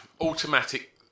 automatic